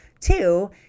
Two